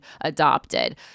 adopted